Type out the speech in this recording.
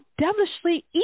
devilishly